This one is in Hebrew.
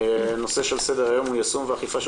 הנושא שעל סדר היום הוא יישום ואכיפה של